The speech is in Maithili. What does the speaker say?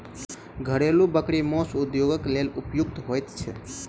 घरेलू बकरी मौस उद्योगक लेल उपयुक्त होइत छै